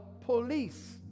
police